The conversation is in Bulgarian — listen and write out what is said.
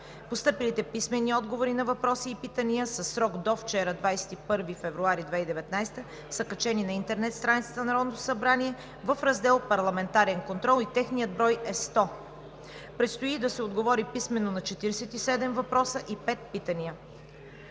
Постъпилите писмени отговори на въпроси и питания със срок до вчера, 21 февруари 2019 г., са качени на интернет страницата на Народното събрание в Раздел „Парламентарен контрол“ и техният брой е 100. Предстои да се отговори писмено на 47 въпроса и пет питания.